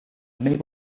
minibus